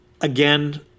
Again